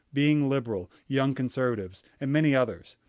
being liberal, young conservatives and many others.